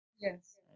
Yes